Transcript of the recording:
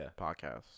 podcast